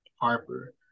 Harper